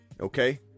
Okay